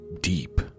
deep